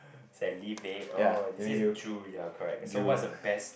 salivate oh it says drool ya correct so what's the best